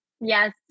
Yes